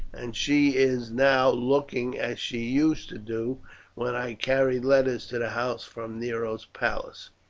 and she is now looking as she used to do when i carried letters to the house from nero's palace.